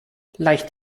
leicht